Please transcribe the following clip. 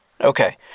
Okay